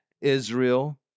Israel